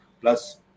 Plus